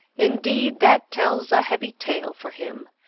indeed, that tells a heavy tale for him.